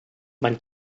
man